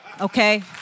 Okay